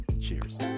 Cheers